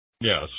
Yes